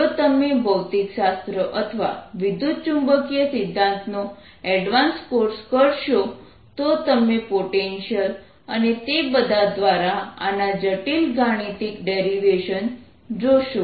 જો તમે ભૌતિકશાસ્ત્ર અથવા વિદ્યુતચુંબકીય સિદ્ધાંત નો એડવાન્સ કોર્સ કરશો તો તમે પોટેન્શિયલ અને તે બધા દ્વારા આના જટિલ ગાણિતિક ડેરિવેશન જોશો